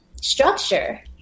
structure